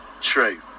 true